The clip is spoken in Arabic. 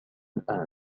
الآن